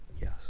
Yes